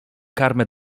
karmę